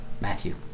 Matthew